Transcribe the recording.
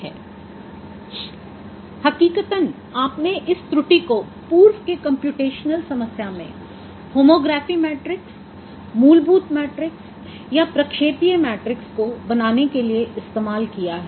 𝑀𝑆𝐸 𝑁∑𝑦𝑖 𝑖1 − 𝑦̅𝑖2 हकीकतन आपने इस त्रुटि को पूर्व के कम्प्यूटेशनल समस्या में होमोग्राफी मैट्रिक्स मूलभूत मैट्रिक्स या प्रक्षेपीय मैट्रिक्स को बनाने के लिए इस्तेमाल किया है